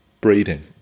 breeding